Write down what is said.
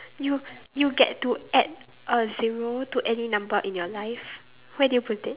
you you get to add a zero to any number in your life where do you put it